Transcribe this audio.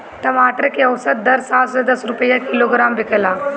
टमाटर के औसत दर सात से दस रुपया किलोग्राम बिकला?